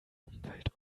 umwelt